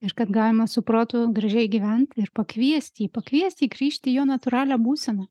ir kad galima su protu gražiai gyvent ir pakviest jį pakviest jį grįžt į jo natūralią būseną